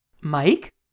Mike